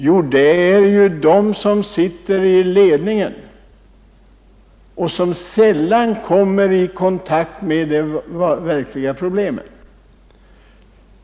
Jo, det är de som sitter i ledningen och som sällan kommer i kontakt med de verkliga problemen.